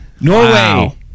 Norway